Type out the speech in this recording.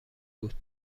بود